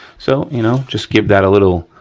so, you know, just give that a little,